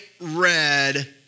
red